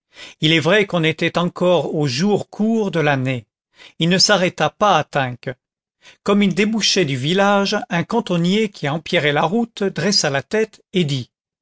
il est vrai qu'on était encore aux jours courts de l'année il ne s'arrêta pas à tinques comme il débouchait du village un cantonnier qui empierrait la route dressa la tête et